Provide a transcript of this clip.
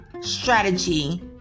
Strategy